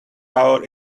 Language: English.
our